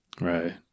Right